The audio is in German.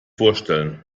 vorstellen